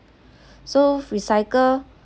so recycle